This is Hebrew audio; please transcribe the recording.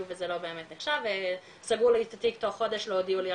וזה לא באמת נחשב וסגרו לה את התיק תוך חודש לא יודעים עליה,